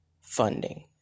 funding